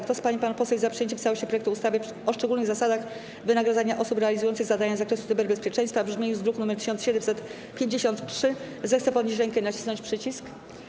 Kto z pań i panów posłów jest za przyjęciem w całości projektu ustawy o szczególnych zasadach wynagradzania osób realizujących zadania z zakresu cyberbezpieczeństwa w brzmieniu z druku nr 1753, zechce podnieść rękę i nacisnąć przycisk.